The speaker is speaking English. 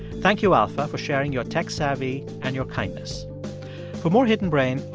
thank you, alfa, for sharing your tech savvy and your kindness for more hidden brain,